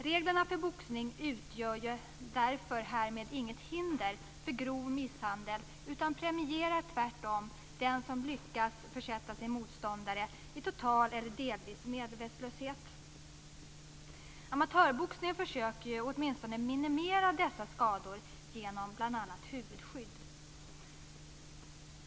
Reglerna för boxning utgör därför härmed inget hinder för grov misshandel utan premierar tvärtom den som lyckas försätta sin motståndare i total eller delvis medvetslöshet. Amatörboxningen försöker åtminstone minimera dessa skador genom bl.a. huvudskydd.